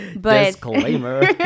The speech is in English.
Disclaimer